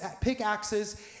pickaxes